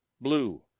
Blue